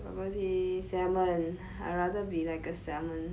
but what about the salmon I'd rather be like a salmon